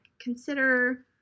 consider